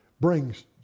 brings